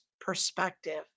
perspective